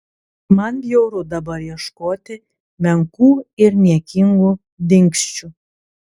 man bjauru dabar ieškoti menkų ir niekingų dingsčių